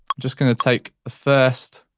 just gonna take a first.